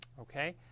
Okay